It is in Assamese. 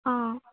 অ